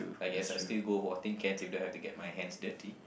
I guess I still go for tin cans if I don't have to get my hands dirty